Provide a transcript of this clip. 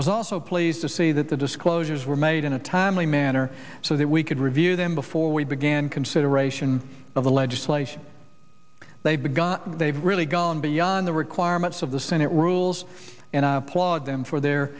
was also pleased to see that the disclosures were made in a timely manner so that we could review them before we began consideration of the legislation they've got they've really gone beyond the requirements of the senate rules and i applaud them for their